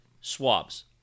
swabs